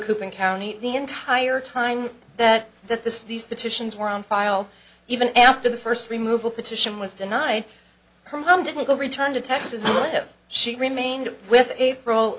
in county the entire time that that this these petitions were on file even after the first remove a petition was denied her mom didn't return to texas live she remained with april